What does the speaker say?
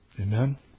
Amen